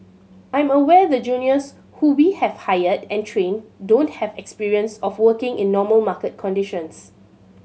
I'm aware the juniors who we have hired and trained don't have experience of working in normal market conditions